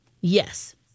Yes